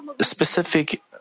specific